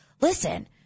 listen